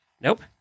Nope